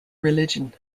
religion